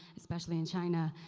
especially in china.